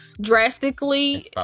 drastically